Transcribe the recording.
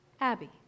Abby